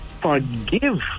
forgive